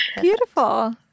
Beautiful